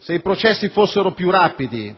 Se i processi fossero più rapidi